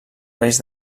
reis